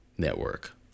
network